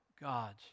God's